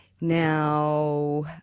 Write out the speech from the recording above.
Now